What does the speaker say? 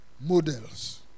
Models